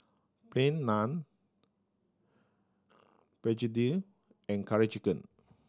Plain Naan begedil and Curry Chicken